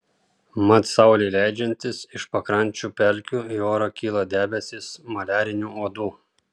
mat saulei leidžiantis iš pakrančių pelkių į orą kyla debesys maliarinių uodų